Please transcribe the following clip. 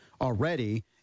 already